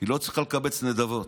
היא לא צריכה לקבץ נדבות.